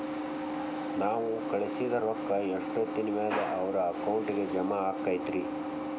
ನಾವು ಕಳಿಸಿದ್ ರೊಕ್ಕ ಎಷ್ಟೋತ್ತಿನ ಮ್ಯಾಲೆ ಅವರ ಅಕೌಂಟಗ್ ಜಮಾ ಆಕ್ಕೈತ್ರಿ?